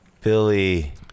Billy